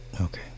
okay